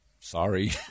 sorry